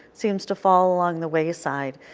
seems to fall along the wayside.